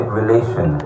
relation